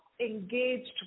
engaged